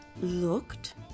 Looked